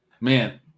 Man